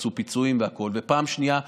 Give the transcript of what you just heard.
שרצו פיצויים והכול, ופעם שנייה אמרנו: